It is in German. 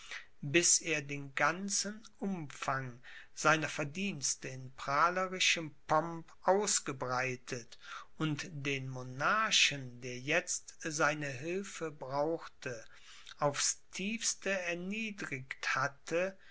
bis er den ganzen umfang seiner verdienste in prahlerischem pomp ausgebreitet und den monarchen der jetzt seine hilfe brauchte aufs tiefste erniedrigt hatte